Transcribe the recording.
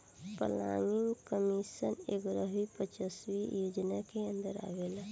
planning commission एग्यारहवी पंचवर्षीय योजना के अन्दर आवेला